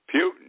Putin